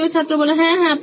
তৃতীয় ছাত্র হ্যাঁ হ্যাঁ